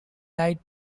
died